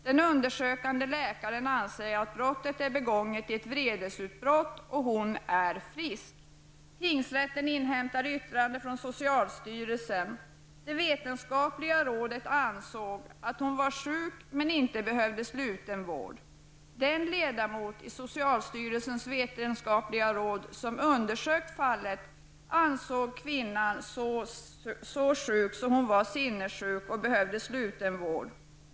Den undersökande läkaren ansåg att brottet var begånget i ett vredesutbrott, men att kvinnan var frisk. Tingsrätten inhämtade yttrande från socialstyrelsen. Det vetenskapliga rådet ansåg att hon var sjuk, men att hon inte behövde sluten vård. Den ledamot i socialstyrelsens vetenskapliga råd som undersökt fallet ansåg att kvinnan var så sjuk att hon kunde betraktas som sinnessjuk och därför behövde sluten vård.